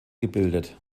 gebildet